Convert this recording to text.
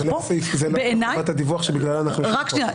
בעיני --- זה לא כפי חובת הדיווח שבגללה אנחנו --- רק שנייה,